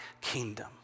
kingdom